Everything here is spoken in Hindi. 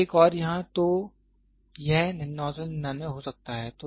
तो यह 8 16 है